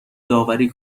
داوری